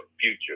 future